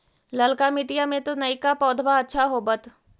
ललका मिटीया मे तो नयका पौधबा अच्छा होबत?